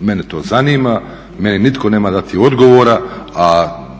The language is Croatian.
Mene to zanima, meni nitko nema dati odgovora, a